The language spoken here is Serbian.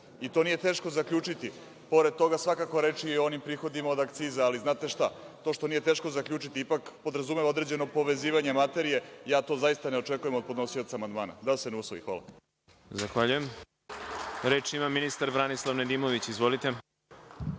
To nije teško zaključiti. Pored toga, svakako je reč o onim prihodima od akciza, ali znate šta, nije teško zaključiti, ipak podrazumeva određeno povezivanje materije, a ja to zaista ne očekujem od podnosioca amandmana. **Đorđe Milićević**